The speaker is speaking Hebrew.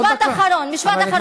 משפט אחרון, משפט אחרון.